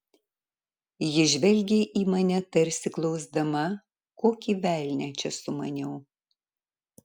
ji žvelgė į mane tarsi klausdama kokį velnią čia sumaniau